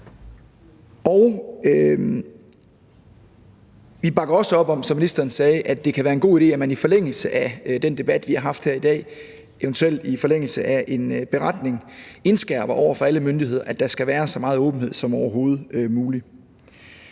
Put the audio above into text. ministeren sagde, at det kan være en god idé, at man i forlængelse af den debat, vi har haft her i dag, og eventuelt i forlængelse af en beretning indskærper over for alle myndigheder, at der skal være så meget åbenhed som overhovedet mulig.